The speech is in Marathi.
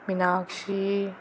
मिनाक्षी